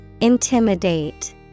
Intimidate